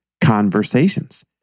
conversations